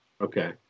Okay